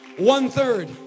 one-third